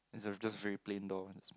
is a just very plain door